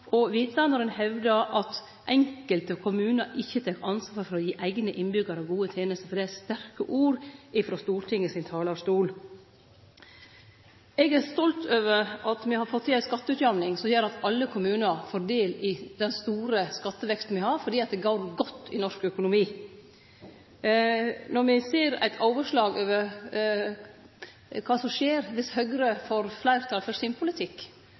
når ein hevdar at enkelte kommunar ikkje tek ansvar for å gi eigne innbyggjarar gode tenester, for det er sterke ord frå Stortinget sin talarstol. Eg er stolt over at me har fått til ei skatteutjamning som gjer at alle kommunar får del i den store skatteveksten me har, fordi det går godt i norsk økonomi. Eit overslag over kva som skjer dersom Høgre får fleirtal for sin politikk